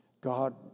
God